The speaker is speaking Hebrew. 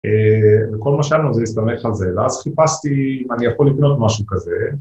וכל מה שהיה לנו זה להסתמך על זה, ואז חיפשתי אם אני יכול לקנות משהו כזה